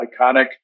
Iconic